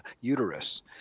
uterus